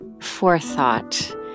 forethought